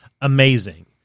amazing